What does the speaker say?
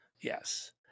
Yes